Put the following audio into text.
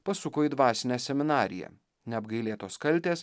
pasuko į dvasinę seminariją neapgailėtos kaltės